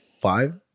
five